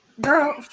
Girl